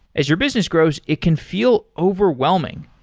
as your business grows, it can feel overwhelming.